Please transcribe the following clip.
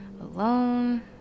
alone